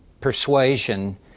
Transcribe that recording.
persuasion